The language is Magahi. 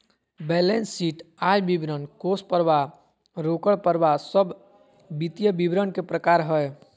बैलेंस शीट, आय विवरण, कोष परवाह, रोकड़ परवाह सब वित्तीय विवरण के प्रकार हय